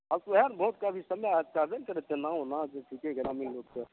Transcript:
अब वएह ने भोटके अभी समय है तऽ चाहबै नहि करै छै एना उना जे छीकै ग्रामीण लोकके